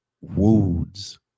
wounds